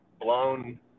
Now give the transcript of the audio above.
blown